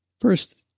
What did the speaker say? First